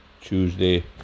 Tuesday